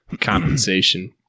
compensation